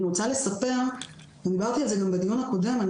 אני רוצה לספר ודיברתי על זה גם בדיון הקודם,